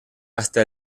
hasta